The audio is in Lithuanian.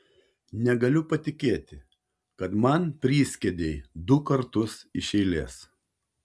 negaliu patikėti kad man priskiedei du kartus iš eilės